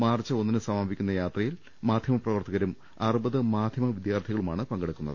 March ഒന്നിന് സമാപിക്കുന്ന യാത്രയിൽ മാധൃമപ്രവർത്തകരും അറുപത് മാധൃമ വിദൃാർഥി കളുമാണ് പങ്കെടുക്കുന്നത്